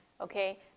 okay